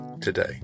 today